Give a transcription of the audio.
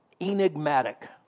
enigmatic